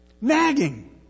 Nagging